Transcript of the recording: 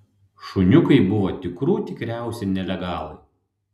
šuniukai buvo tikrų tikriausi nelegalai